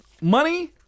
money